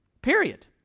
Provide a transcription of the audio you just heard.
period